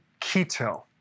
keto